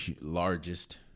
largest